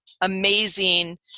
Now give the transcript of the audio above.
amazing